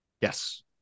Yes